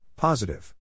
Positive